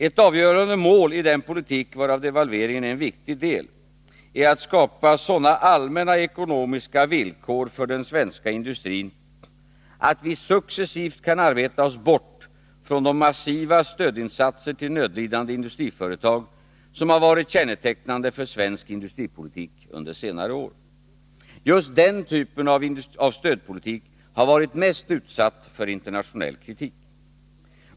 Ett avgörande mål i den politik varav devalveringen är en viktig del är att skapa sådana allmänna ekonomiska villkor för den svenska industrin att vi successivt kan arbeta oss bort från de massiva stödinsatser till nödlidande industriföretag som varit kännetecknande för svensk industripolitik under senare år. Just denna typ av stödpolitik har varit mest utsatt för internationell kritik.